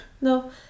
No